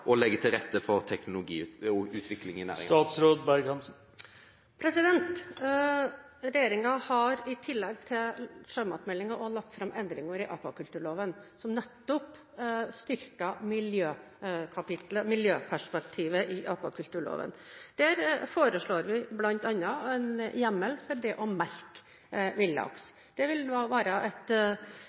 å legge til rette for teknologiutvikling? Regjeringen har i tillegg til sjømatmeldingen lagt fram endringer i akvakulturloven, som nettopp styrker miljøperspektivet i akvakulturloven. Der foreslår vi bl.a. en hjemmel for å merke villaks. Det vil være et